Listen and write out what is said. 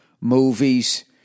movies